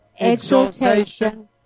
exaltation